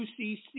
UCC